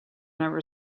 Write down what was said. never